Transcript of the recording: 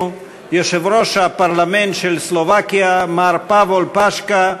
יושב-ראש הפרלמנט של סלובקיה מר פאבול פאשקה,